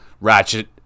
Ratchet